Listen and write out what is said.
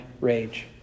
rage